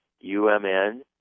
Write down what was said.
U-M-N